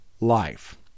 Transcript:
life